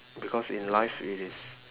because in life it is